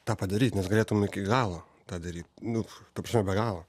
tą padaryt nes galėtum iki galo tą daryt nu ta prasme be galo